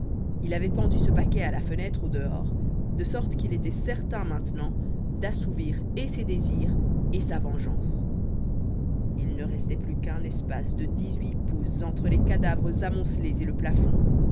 il avait pendu ce paquet à la fenêtre au dehors de sorte qu'il était certain maintenant d'assouvir et ses désirs et sa vengeance il ne restait plus qu'un espace de dix-huit pouces entre les cadavres amoncelés et le plafond